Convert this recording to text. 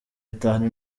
itanu